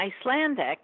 Icelandic